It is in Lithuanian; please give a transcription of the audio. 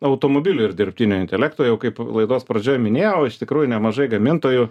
automobilių ir dirbtinio intelekto jau kaip laidos pradžioj minėjau iš tikrųjų nemažai gamintojų